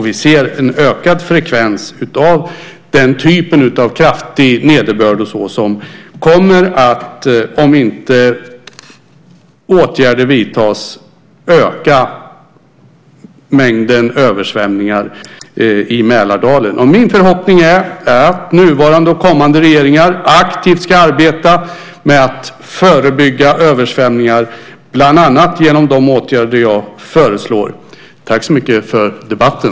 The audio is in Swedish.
Vi ser en ökad frekvens av den typen av kraftig nederbörd, och om inte åtgärder vidtas kommer mängden översvämningar i Mälardalen att öka. Min förhoppning är att nuvarande regering och kommande regeringar aktivt ska arbeta med att förebygga översvämningar, bland annat genom de åtgärder som jag föreslår. Tack så mycket för debatten.